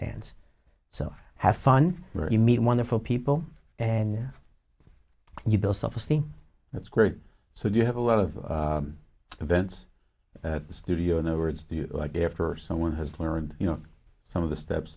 dance so have fun you meet wonderful people and you build self esteem that's great so you have a lot of events studio in other words the day after someone has learned you know some of the steps